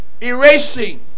Erasing